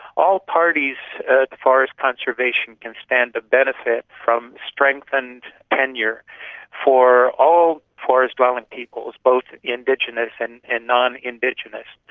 all parties forest conservation can stand to benefit from strengthened tenure for all forest dwelling peoples, both indigenous and and nonindigenous.